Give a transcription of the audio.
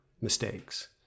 mistakes